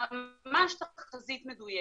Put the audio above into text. ממש תחזית מדויקת.